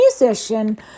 musician